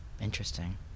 interesting